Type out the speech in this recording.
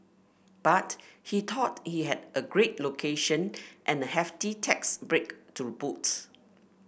but he thought he had a great location and a hefty tax break to boot